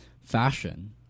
fashion